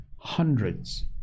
hundreds